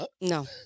No